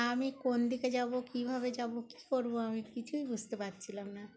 আমি কোন দিকে যাবো কীভাবে যাব কী করবো আমি কিছুই বুঝতে পারছিলাম না